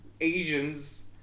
asians